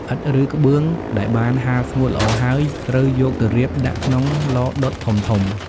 ឥដ្ឋ ឬក្បឿងដែលបានហាលស្ងួតល្អហើយ ត្រូវយកទៅរៀបដាក់ក្នុងឡដុតធំៗ។